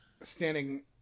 standing